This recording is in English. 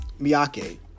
miyake